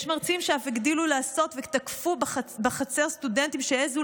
יש מרצים שאף הגדילו לעשות ותקפו בחצר סטודנטים שהעזו